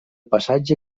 passatge